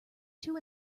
two